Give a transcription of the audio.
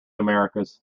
americas